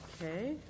Okay